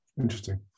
interesting